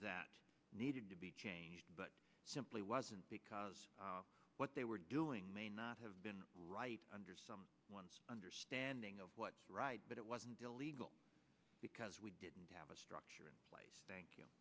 that needed to be changed but simply wasn't because what they were doing may not have been right under some understanding of what's right but it wasn't illegal because we didn't have a structure in place thank you